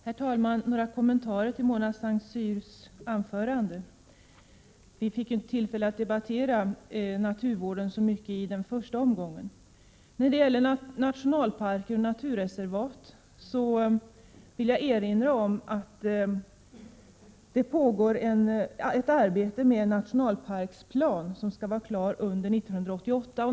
Herr talman! Några kommentarer till Mona Saint Cyrs anförande. Vi fick ju inte tillfälle att debattera naturvården mycket i den första omgången. När det gäller nationalparker och naturreservat vill jag erinra om att det pågår ett arbete med en nationalparksplan som skall vara klar under 1988.